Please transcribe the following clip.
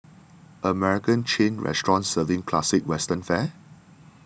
American chain restaurant serving classic Western fare